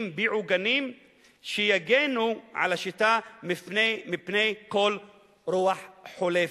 בעוגנים שיגנו על השיטה מפני כל רוח חולפת.